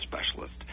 specialist